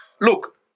Look